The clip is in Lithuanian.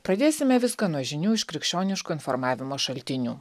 pradėsime viską nuo žinių iš krikščioniškų informavimo šaltinių